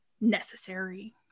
necessary